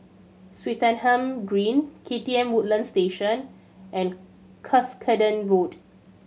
Swettenham Green K T M Woodlands Station and Cuscaden Road